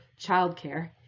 childcare